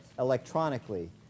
electronically